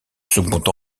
second